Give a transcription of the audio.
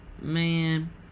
man